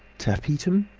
tapetum.